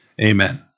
amen